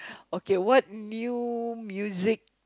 okay what new music